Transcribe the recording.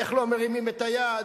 איך לא מרימים את היד,